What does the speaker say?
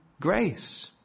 grace